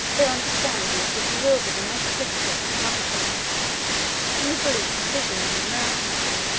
their understandings were bewildered in metaphysical controversy in the belief of visions and miracles,